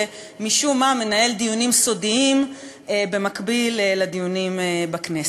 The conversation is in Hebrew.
שמשום מה מנהל דיונים סודיים במקביל לדיונים בכנסת.